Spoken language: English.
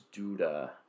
Duda